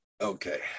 Okay